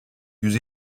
yüz